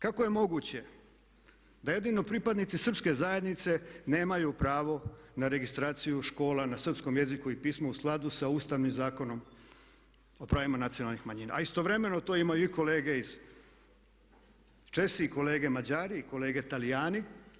Kako je moguće da jedino pripadnici srpske zajednice nemaju pravo na registraciju škola na srpskom jeziku i pismu u skladu sa Ustavnim zakonom o pravima nacionalnih manjina, a istovremeno to imaju i kolege iz Česi, i kolege Mađari i kolege Talijani.